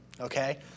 okay